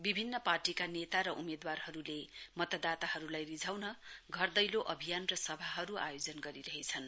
विभिन्न पार्टीका नेता र उम्मेदवारहरुले मतदाताहरुलाई रिझाउन घर दैलो अभियान र सभाहरु आयोजन गरिरहेछन्